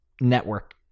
network